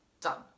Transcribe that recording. done